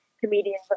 comedians